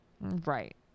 Right